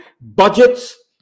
budgets